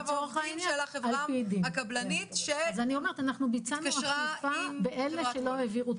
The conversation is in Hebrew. --- של החברה הקבלנית שהתקשרה עם חברת וולט.